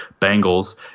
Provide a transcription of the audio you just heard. Bengals